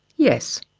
yes.